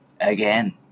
again